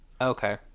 Okay